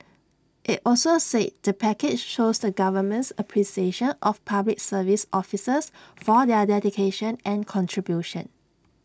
IT also said the package shows the government's appreciation of Public Service officers for their dedication and contribution